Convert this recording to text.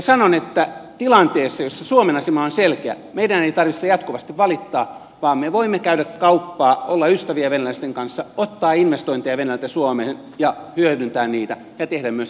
sanon että tilanteessa jossa suomen asema on selkeä meidän ei tarvitse jatkuvasti valittaa vaan me voimme käydä kauppaa olla ystäviä venäläisten kanssa ottaa investointeja venäjältä suomeen ja hyödyntää niitä ja tehdä myöskin venäjälle investointeja